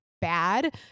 bad